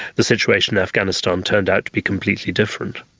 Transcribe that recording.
the situation in afghanistan turned out to be completely different.